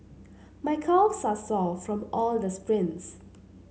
my calves are sore from all the sprints